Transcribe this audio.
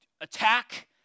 attack